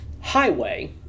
Highway